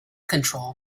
control